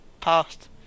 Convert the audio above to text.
past